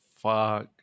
fuck